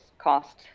cost